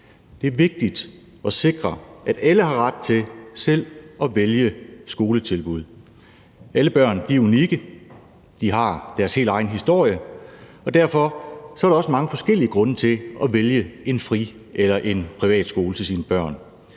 Det er vigtigt at sikre, at alle har ret til selv at vælge et skoletilbud. Alle børn er unikke, de har deres helt egen historie, og derfor er der også mange forskellige grunde til at vælge en fri- eller en privatskole til sine børn.